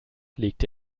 legte